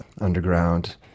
underground